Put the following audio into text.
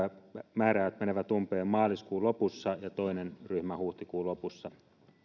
määräajat menevät umpeen maaliskuun lopussa ja toisessa ryhmässä huhtikuun lopussa